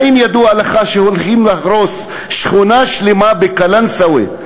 האם ידוע לך שהולכים להרוס שכונה שלמה בקלנסואה,